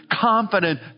confident